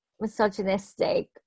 misogynistic